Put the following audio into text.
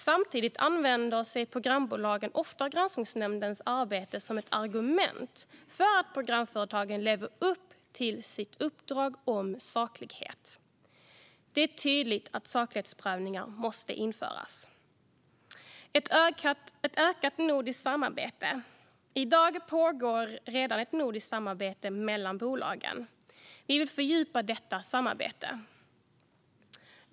Samtidigt använder sig programbolagen ofta av Granskningsnämndens arbete som ett bevis för att programföretagen lever upp till sitt uppdrag om saklighet. Det är tydligt att saklighetsprövningar måste införas. Vi vill se ett ökat nordiskt samarbete. I dag pågår redan ett nordiskt samarbete mellan bolagen, och vi vill fördjupa det.